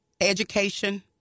education